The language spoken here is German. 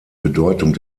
bedeutung